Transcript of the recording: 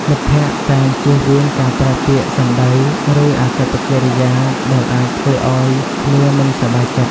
មិត្តភក្តិតែងជៀសវាងការប្រើពាក្យសម្ដី ឬអាកប្បកិរិយាដែលអាចធ្វើឲ្យគ្នាមិនសប្បាយចិត្ត។